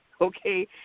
Okay